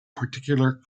particular